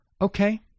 Okay